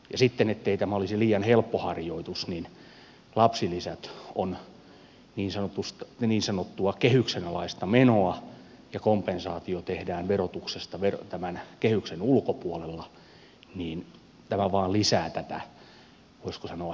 ja sitten ettei tämä olisi liian helppo harjoitus kun lapsilisät ovat niin sanottua kehyksen alaista menoa ja kompensaatio tehdään verotuksesta tämän kehyksen ulkopuolella niin tämä vain lisää tätä voisiko sanoa hämmennystä